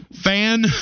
fan